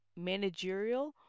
managerial